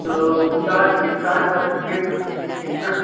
तो साथ ही साथ बताइए तब कितना